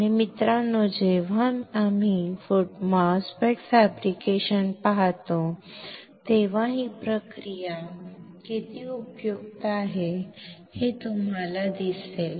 आणि मित्रांनो जेव्हा आम्ही MOSFET फॅब्रिकेशन पाहतो तेव्हा ही प्रक्रिया किती उपयुक्त आहे हे तुम्हाला दिसेल